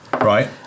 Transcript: Right